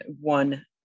one